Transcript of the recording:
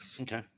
Okay